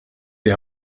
die